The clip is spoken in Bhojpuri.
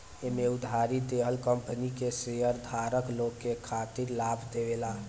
एमे उधारी देहल कंपनी के शेयरधारक लोग के खातिर लाभ देवेला